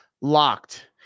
locked